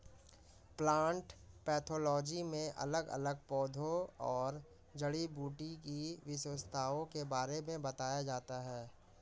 plant pathology में अलग अलग पौधों और जड़ी बूटी की विशेषताओं के बारे में बताया जाता है